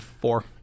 four